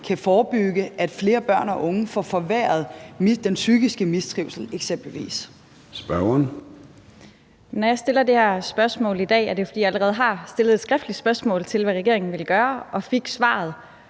kan forebygge, at flere børn og unge får forværret den psykiske mistrivsel eksempelvis. Kl. 13:13 Formanden (Søren Gade): Spørgeren. Kl. 13:13 Lotte Rod (RV): Når jeg stiller det her spørgsmål i dag, er det, fordi jeg allerede har stillet et skriftligt spørgsmål om, hvad regeringen ville gøre, og fik svaret,